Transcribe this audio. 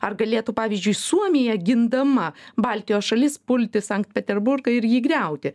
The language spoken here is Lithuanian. ar galėtų pavyždžiui suomija gindama baltijos šalis pulti sankt peterburgą ir jį griauti